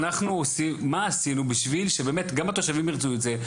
מה עשינו בשביל שבאמת גם התושבים ירצו את זה?